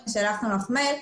שלחו לי מייל,